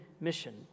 mission